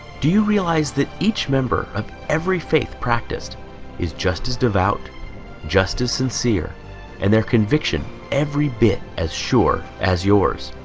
do you realize that each member of every faith practiced is just as devout just as sincere and their conviction every bit as sure as yours